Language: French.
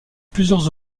plusieurs